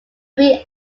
three